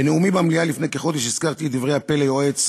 בנאומי במליאה לפני כחודש הזכרתי את דברי ה"פלא יועץ",